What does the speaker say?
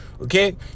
okay